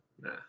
Nah